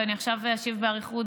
ועכשיו אני אשיב באריכות.